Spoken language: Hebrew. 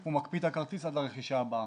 הוא מקפיא את הכרטיס עד לרכישה הבאה.